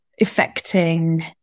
affecting